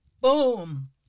boom